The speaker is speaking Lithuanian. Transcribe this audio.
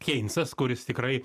keinsas kuris tikrai